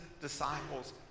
disciples